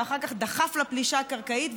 ואחר כך דחף לפלישה הקרקעית,